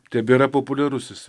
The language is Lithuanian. tebėra populiarus jisai